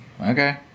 Okay